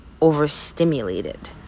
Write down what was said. overstimulated